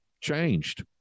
changed